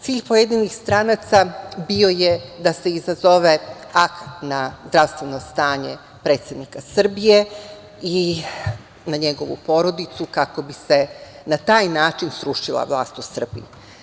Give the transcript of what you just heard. Cilj pojedinih stranaca bio je da se izazove … na zdravstveno stanje predsednika Srbije i na njegovu porodicu kako bi se na taj način srušila vlast u Srbiji.